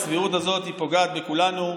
הסבירות הזאת פוגעת בכולנו.